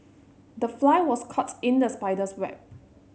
the fly was caught in the spider's web